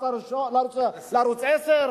לערוץ-10?